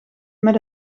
met